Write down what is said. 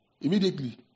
Immediately